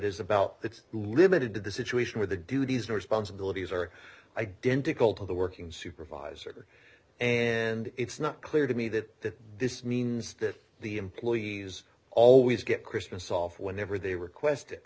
is about it's limited to the situation with the duties and responsibilities are identical to the working supervisor and it's not clear to me that this means that the employees always get christmas off whenever they request it